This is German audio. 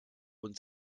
und